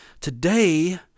Today